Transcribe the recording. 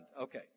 Okay